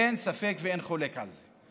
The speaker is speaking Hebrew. אין ספק ואין חולק על זה.